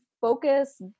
focus